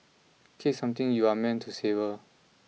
cake is something you are meant to savour